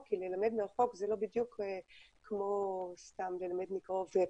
כי ללמד מרחוק זה לא בדיוק כמו ללמד מקרוב,